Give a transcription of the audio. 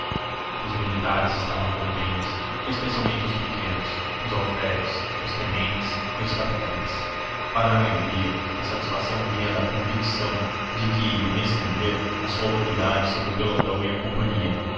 os militares estavam contentes especialmente os pequenos os alferes os tenentes e os capitães para a maioria a satisfação vinha da convicção de que iam estender a sua autoridade sobre o pelotão e a companhia